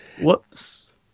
Whoops